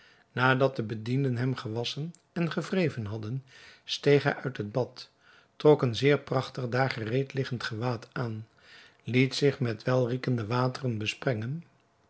nadat de bedienden hem gewasschen en gewreven hadden steeg hij uit het bad trok een zeer prachtig daar gereed liggend gewaad aan liet zich met welriekende wateren